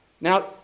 Now